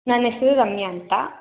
ನನ್ನ ಹೆಸ್ರು ರಮ್ಯಾ ಅಂತ